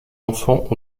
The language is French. enfants